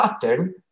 pattern